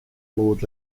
lord